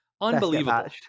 Unbelievable